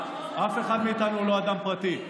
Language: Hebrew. אף אחד מאיתנו הוא לא אדם פרטי.